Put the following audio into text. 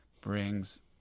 brings